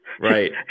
Right